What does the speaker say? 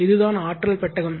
இதுதான் ஆற்றல் பெட்டகம்